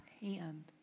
hand